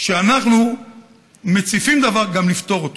כשאנחנו מציפים דבר, גם לפתור אותו.